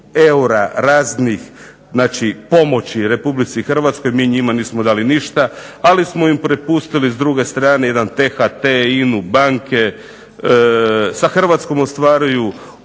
eura raznih pomoći RH. Mi njima nismo dali ništa, ali smo im prepustili s druge strane jedan THT. INA, banke, sa Hrvatskom ostvaruju